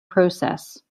process